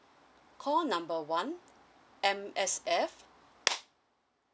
call number one M_S_F